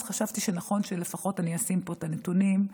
אז חשבתי שנכון שלפחות אני אשים פה את הנתונים,